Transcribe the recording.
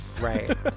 right